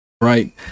Right